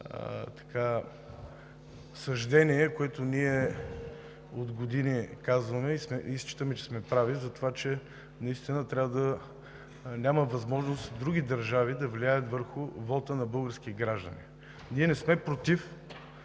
съждения, които от години казваме и считаме, че сме прави за това, че наистина няма възможност други държави да влияят върху вота на български граждани. Ние не сме против